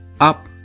Up